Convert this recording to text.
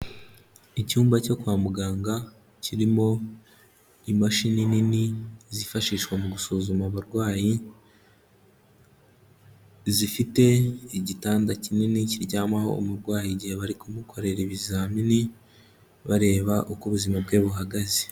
Icyumba cyo kwa muganga kirimo imashini nini zifashishwa mu gusuzuma abarwayi, zifite igitanda kinini kiryamaho umurwayi igihe bari kumukorera ibizamini, bareba uko ubuzima bwe buhagaze.